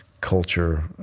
culture